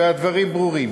והדברים ברורים.